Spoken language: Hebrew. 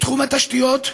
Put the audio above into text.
בתחום התשתיות,